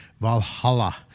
Valhalla